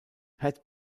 had